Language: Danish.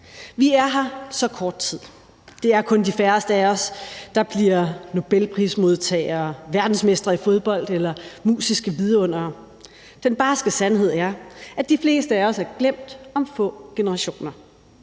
Vi er her så kort tid. Det er kun de færreste af os, der bliver nobelprismodtagere, verdensmestre i fodbold eller musiske vidundere. Den barske sandhed er, at de fleste af os er glemt om få generationer.